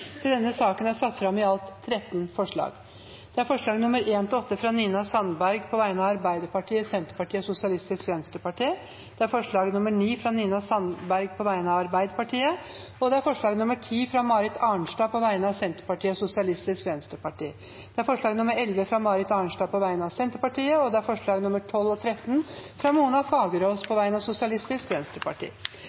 til votering. Komiteen hadde innstilt til Stortinget å gjøre følgende Under debatten er det satt fram i alt 13 forslag. Det er forslagene nr. 1–8, fra Nina Sandberg på vegne av Arbeiderpartiet, Senterpartiet og Sosialistisk Venstreparti forslag nr. 9, fra Nina Sandberg på vegne av Arbeiderpartiet forslag nr. 10, fra Marit Arnstad på vegne av Senterpartiet og Sosialistisk Venstreparti forslag nr. 11, fra Marit Arnstad på vegne av Senterpartiet forslagene nr. 12 og 13, fra Mona Fagerås på vegne av Sosialistisk Venstreparti